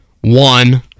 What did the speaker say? One